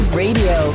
radio